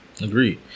Agreed